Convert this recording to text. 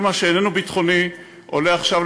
כל מה שאיננו ביטחוני עולה עכשיו,